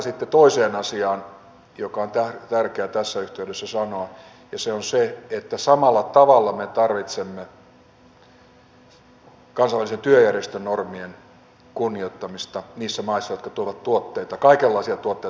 tulen tästä toiseen asiaan joka on tärkeä tässä yhteydessä sanoa ja se on se että samalla tavalla me tarvitsemme kansainvälisen työjärjestön normien kunnioittamista niissä maissa jotka tuovat tuotteita kaikenlaisia tuotteita vapaakauppaan